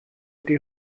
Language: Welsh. ydy